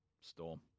Storm